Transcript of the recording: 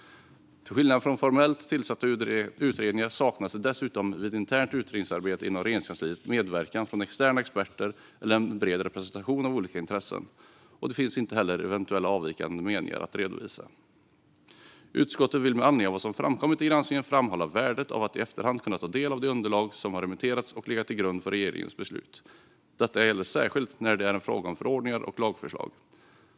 Till skillnad från formellt tillsatta utredningar saknas det dessutom vid internt utredningsarbete inom Regeringskansliet medverkan från externa experter eller en bred representation av olika intressen. Det finns inte heller eventuella avvikande meningar att redovisa. Utskottet vill med anledning av vad som framkommit i granskningen framhålla värdet av att i efterhand kunna ta del av det underlag som har remitterats och legat till grund för regeringens beslut. Detta gäller särskilt när det är fråga om förordningar och lagförslag.